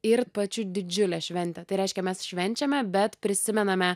ir pačiu didžiulė šventė tai reiškia mes švenčiame bet prisimename